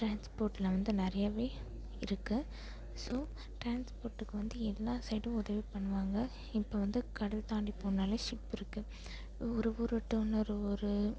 டிரான்ஸ்போர்ட்டில் வந்து நிறையவே இருக்கு ஸோ ட்ரான்ஸ்போர்ட்டுக்கு வந்து எல்லாம் சைடும் உதவி பண்ணுவாங்க இப்போ வந்து கடல் தாண்டி போனாலே ஷிப்புருக்கு ஒரு ஊர்விட்டு இன்னொரு ஊர்